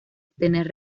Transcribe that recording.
obtener